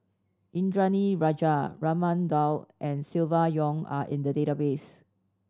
Indranee Rajah Raman Daud and Silvia Yong are in the database